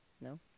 No